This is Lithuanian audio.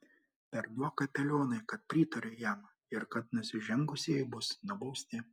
perduok kapelionui kad pritariu jam ir kad nusižengusieji bus nubausti